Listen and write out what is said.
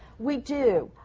we do.